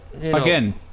again